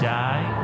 die